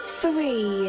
three